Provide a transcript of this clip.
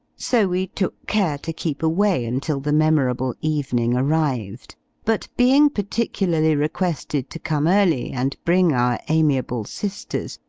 so we took care to keep away until the memorable evening arrived but being particularly requested to come early, and bring our amiable sisters,